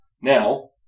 Now